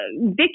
Vicky